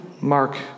Mark